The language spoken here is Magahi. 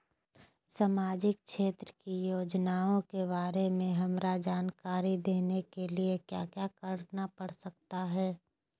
सामाजिक क्षेत्र की योजनाओं के बारे में हमरा जानकारी देने के लिए क्या क्या करना पड़ सकता है?